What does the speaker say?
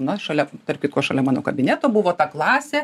na šalia tarp kitko šalia mano kabineto buvo ta klasė